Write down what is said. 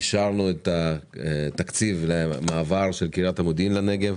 את התקציב למעבר קריית המודיעין לנגב